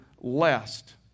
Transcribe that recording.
lest